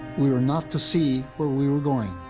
we were not to see where we were going.